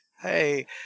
Hey